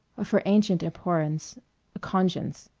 of her ancient abhorrence, a conscience.